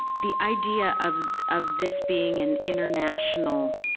the idea of of this being an international